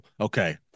okay